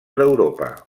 d’europa